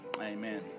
Amen